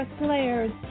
players